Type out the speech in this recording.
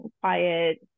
quiet